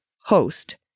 host